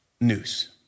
news